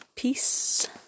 Peace